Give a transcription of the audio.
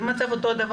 אם המצב הוא אותו דבר,